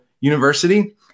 University